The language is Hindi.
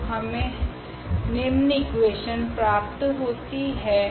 तो हमे निम्न इकुवेशन प्राप्त होती है